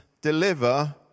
deliver